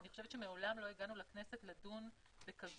אני חושבת שמעולם לא הגענו לכנסת לדון בכזאת